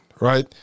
Right